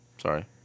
Sorry